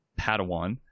Padawan